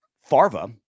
Farva